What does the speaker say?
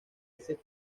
ese